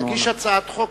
תגיש הצעת חוק.